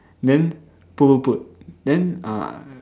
then put put put then uh